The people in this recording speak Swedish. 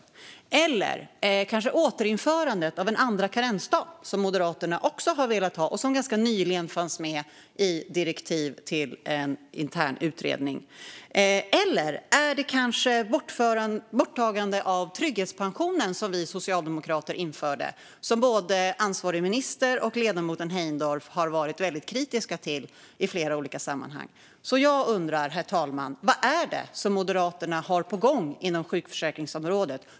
Handlar det kanske om återinförandet av en andra karensdag, som Moderaterna också har velat ha och som ganska nyligen fanns med i direktiv till en intern utredning? Eller är det kanske borttagande av trygghetspensionen som vi socialdemokrater införde och som både ansvarig minister och ledamoten Heindorff har varit väldigt kritiska till i flera olika sammanhang? Jag undrar, herr talman, vad det är som Moderaterna har på gång inom sjukförsäkringsområdet.